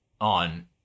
on